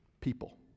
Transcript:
people